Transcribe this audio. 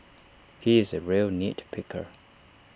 he is A real nit picker